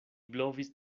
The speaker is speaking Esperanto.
blovis